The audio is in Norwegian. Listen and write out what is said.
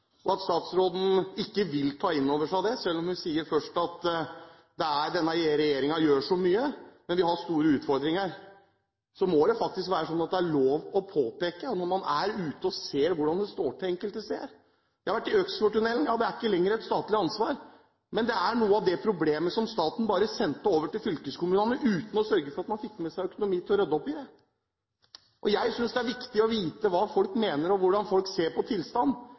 og at statsråden ikke vil ta inn over seg det, selv om hun sier at denne regjeringen gjør så mye. Men vi har store utfordringer, og da må det faktisk være sånn at vi har lov til å påpeke dette når man er ute og ser hvordan det står til enkelte steder. Jeg har vært i Øksfjordtunnelen. Den er ikke lenger et statlig ansvar, men den er ett av problemene som staten bare sendte over til fylkeskommunene uten å sørge for at man fikk økonomi til å rydde opp i det. Jeg synes det er viktig å vite hva folk mener, og hvordan folk ser på